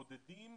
בודדים,